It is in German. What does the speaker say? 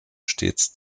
stets